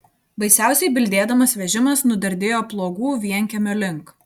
baisiausiai bildėdamas vežimas nudardėjo pluogų vienkiemio link